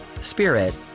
spirit